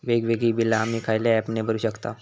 वेगवेगळी बिला आम्ही खयल्या ऍपने भरू शकताव?